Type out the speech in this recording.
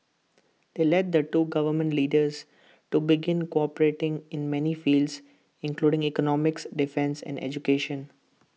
they led the two government leaders to begin cooperating in many fields including economics defence and education